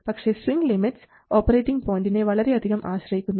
പക്ഷേ swing limits operating പോയിൻറിനെ വളരെയധികം ആശ്രയിക്കുന്നു